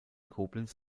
koblenz